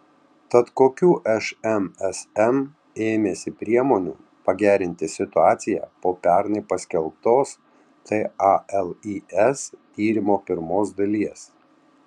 tad kokių šmsm ėmėsi priemonių pagerinti situaciją po pernai paskelbtos talis tyrimo pirmos dalies